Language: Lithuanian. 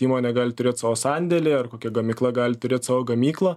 įmonė gali turėt savo sandėlį ar kokia gamykla gali turėt savo gamyklą